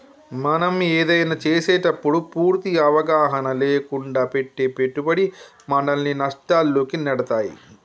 మనం ఏదైనా చేసేటప్పుడు పూర్తి అవగాహన లేకుండా పెట్టే పెట్టుబడి మనల్ని నష్టాల్లోకి నెడతాయి